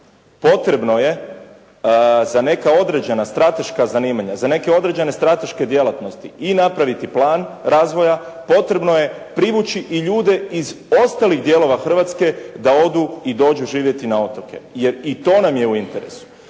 zanimanja, za neke određene strateške djelatnosti i napraviti plan razvoja, potrebno je privući i ljude iz ostalih dijelova Hrvatske da odu i dođu živjeti na otoke. Jer i to nam je u interesu.